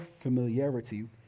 familiarity